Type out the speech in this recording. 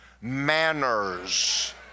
manners